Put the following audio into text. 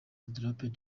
dropped